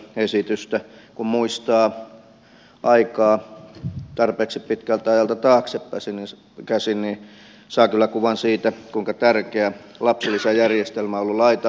kun muistaa aikaa tarpeeksi pitkältä ajalta taaksekäsin niin saa kyllä kuvan siitä kuinka tärkeä lapsilisäjärjestelmä on ollut laitavasemmalle